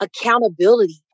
accountability